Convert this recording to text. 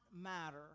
matter